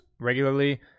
regularly